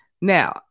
Now